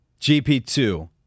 GP2